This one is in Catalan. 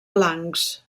blancs